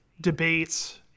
debates